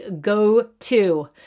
go-to